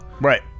Right